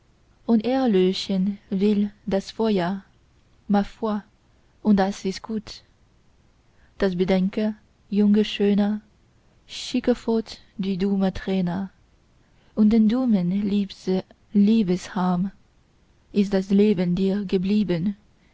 und erlöschen will das feuer ma foi und das ist gut das bedenke junge schöne schicke fort die dumme träne und den dummen liebesharm ist das leben dir geblieben